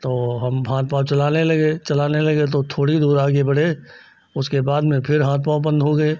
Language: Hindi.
तो हम हाथ पाँव चलाने लगे चलाने लगे तो थोड़ी दूर आगे बढ़े उसके बाद में फिर हाथ पाँव बंद हो गए